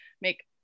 make